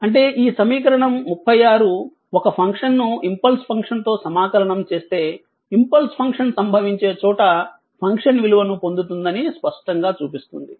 అంటే ఈ సమీకరణం 36 ఒక ఫంక్షన్ ను ఇంపల్స్ ఫంక్షన్తో సమాకలనం చేస్తే ఇంపల్స్ ఫంక్షన్ సంభవించే చోట ఫంక్షన్ విలువను పొందుతుందని స్పష్టంగా చూపిస్తుంది